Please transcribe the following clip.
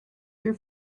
your